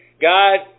God